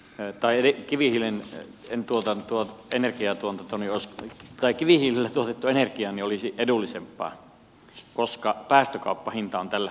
ja taide kivihiilen tuotantoon energia tuonut torniosta tai kivihiilellä tuotettu energia olisi edelleenkin edullisempaa koska päästökauppahinta on tällä hetkellä niin alhainen